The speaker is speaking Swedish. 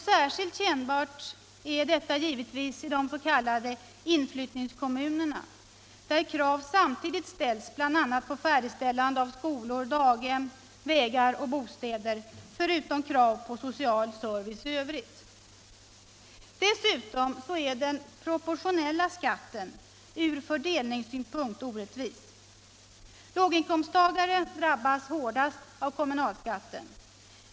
Särskilt kännbart är detta givetvis i de s.k. inflyttningskommunerna, där krav samtidigt ställs bl.a. på färdigställande av skolor, daghem, vägar och bostäder, förutom krav på social service i övrigt. Dessutom är den proportionella skatten ur fördelningssynpunkt orättvis. Låginkomsttagare drabbas hårdast av kommunalskatten.